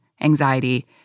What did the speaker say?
anxiety